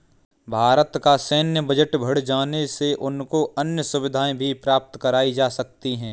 भारत का सैन्य बजट बढ़ जाने से उनको अन्य सुविधाएं भी प्राप्त कराई जा सकती हैं